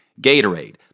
Gatorade